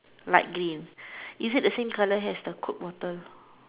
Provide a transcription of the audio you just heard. light green is it the same colour as the cooked water